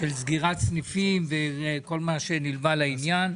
לסגירת סניפים וכל מה שנלווה לעניין.